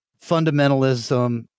fundamentalism